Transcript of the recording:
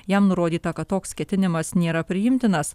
jam nurodyta kad toks ketinimas nėra priimtinas